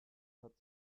hat